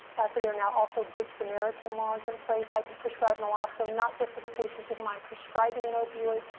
so there are now also good samaritan laws in place. i can prescribe naloxone not just to the patient to whom i'm prescribing an opioid,